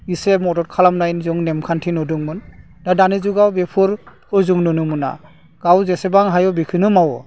इसे मदद खालामनाय जों नेमखान्थि नुदोंमोन दा दानि जुगाव बेफोरखौ जों नुनो मोना गाव जेसेबां हायो बेखौनो मावो